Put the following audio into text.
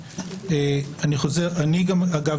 אגב,